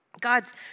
God's